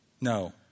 No